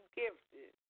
gifted